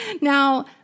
Now